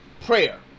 prayer